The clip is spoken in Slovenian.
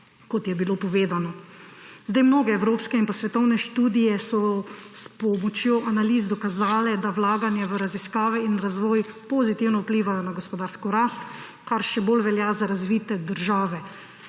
kot je bilo povedano. Mnoge evropske in pa svetovne študije so s pomočjo analiz dokazale, da vlaganja v raziskave in razvoj pozitivno vplivajo na gospodarsko rast, kar še bolj velja za razvite države.